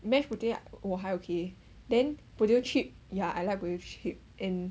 mash potato 我还 okay then potato chip ya I like potato chip and